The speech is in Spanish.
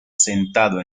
sentado